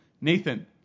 Nathan